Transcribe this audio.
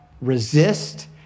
resist